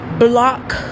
block